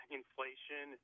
inflation